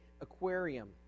aquarium